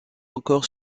encore